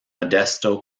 modesto